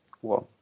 One